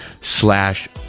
slash